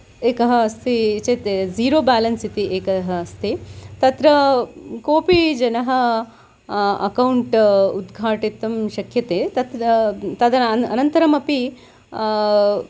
एकः अस्ति चेत् जीरो बेलेन्स् इति एकः अस्ति तत्र कोऽपि जनः अकौण्ट् उद्घाटितुं शक्यते तत्र तद् अनन्तरमपि